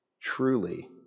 Truly